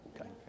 Okay